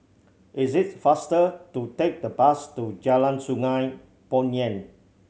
it is faster to take the bus to Jalan Sungei Poyan